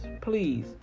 Please